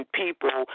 people